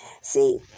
See